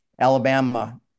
Alabama